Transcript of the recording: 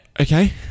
Okay